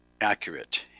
accurate